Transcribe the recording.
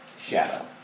Shadow